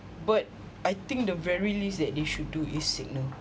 but I think the very least that they should do is signal